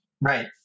right